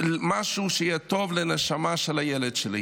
משהו שיהיה טוב לנשמה של הילד שלי.